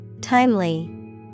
Timely